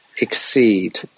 exceed